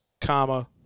comma